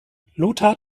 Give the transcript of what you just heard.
lothar